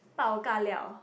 bao ka liao